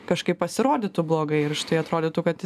kažkaip pasirodytų blogai ir štai atrodytų kad